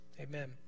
Amen